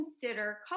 consider